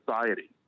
society